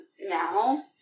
now